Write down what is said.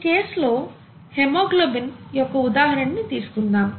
ఈ కేసు లో హెమోగ్లోబిన్ యొక్క ఉదాహరణని తీసుకుందాం